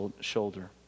shoulder